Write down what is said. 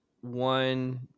one